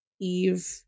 Eve